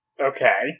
Okay